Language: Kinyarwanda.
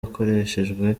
akoreshejwe